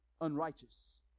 unrighteous